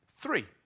Three